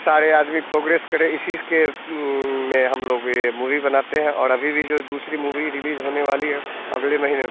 सारे आदमी प्रोगेस करें इसी के में हम लोग ये मूवी बनाते हैं और अभी भी जो दूसरी मूवी रिलीज़ होने वाली है अगले महीने